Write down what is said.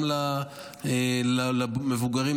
גם למבוגרים,